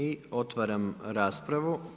I otvaram raspravu.